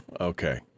Okay